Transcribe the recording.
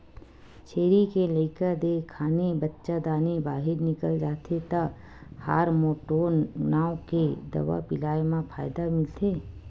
छेरी के लइका देय खानी बच्चादानी बाहिर निकल जाथे त हारमोटोन नांव के दवा पिलाए म फायदा मिलथे